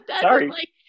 Sorry